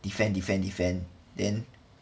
defend defend defend then